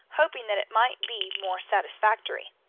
hoping that it might be more satisfactory.